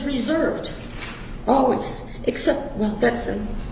reserved always except well that's a